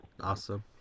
Awesome